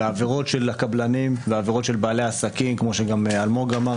והעבירות של הקבלנים והעבירות של בעלי העסקים כמו שגם אלמוג אמר,